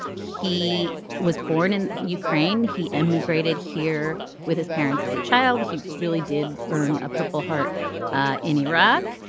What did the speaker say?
he was born in ukraine he emigrated here with his parents as a child. he really did earn a purple heart ah in iraq.